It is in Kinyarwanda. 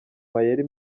mayeri